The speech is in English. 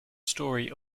story